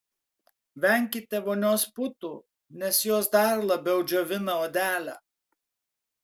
venkite vonios putų nes jos dar labiau džiovina odelę